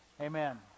Amen